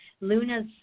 Luna's